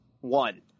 one